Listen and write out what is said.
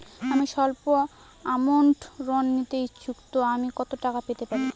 আমি সল্প আমৌন্ট ঋণ নিতে ইচ্ছুক তো আমি কত টাকা পেতে পারি?